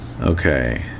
Okay